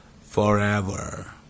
forever